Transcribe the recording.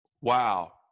wow